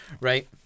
right